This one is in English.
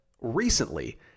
recently